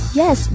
yes